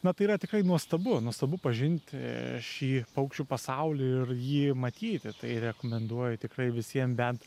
na tai yra tikrai nuostabu nuostabu pažinti šį paukščių pasaulį ir jį matyti tai rekomenduoju tikrai visiem bent